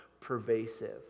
pervasive